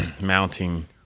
Mounting